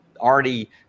already